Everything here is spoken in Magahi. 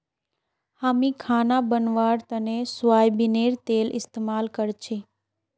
हामी खाना बनव्वार तने सोयाबीनेर तेल इस्तेमाल करछी